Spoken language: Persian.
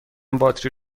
باتری